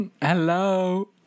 Hello